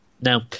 Now